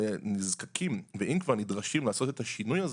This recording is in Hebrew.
נזקקים ואם כבר נדרשים לעשות את השינוי הזה,